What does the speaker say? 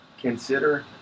consider